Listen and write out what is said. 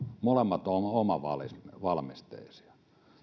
molemmat ovat omavalmisteisia